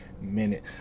minute